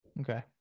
Okay